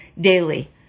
daily